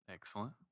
Excellent